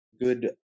good